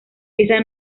esa